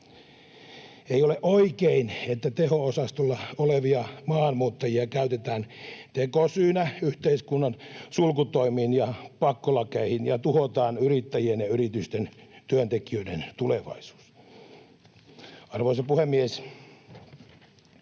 Ei ole oikein, että teho-osastolla olevia maahanmuuttajia käytetään tekosyynä yhteiskunnan sulkutoimiin ja pakkolakeihin ja tuhotaan yrittäjien ja yritysten työntekijöiden tulevaisuus. Arvoisa puhemies!